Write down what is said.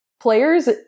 players